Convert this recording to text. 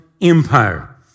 empire